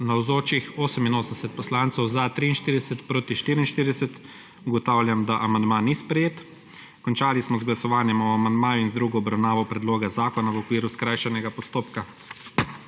44. (Za je glasovalo 43.) (Proti 44.) Ugotavljam, da amandma ni bil sprejet. Končali smo z glasovanjem o amandmaju in z drugo obravnavo predloga zakona v okviru skrajšanega postopka.